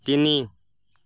তিনি